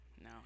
no